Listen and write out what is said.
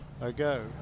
ago